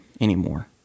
anymore